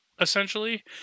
essentially